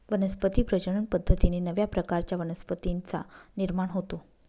वनस्पती प्रजनन पद्धतीने नव्या प्रकारच्या वनस्पतींचा निर्माण होतो